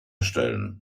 stellen